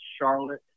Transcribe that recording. Charlotte